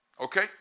Okay